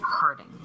hurting